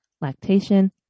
lactation